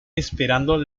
esperando